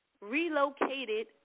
relocated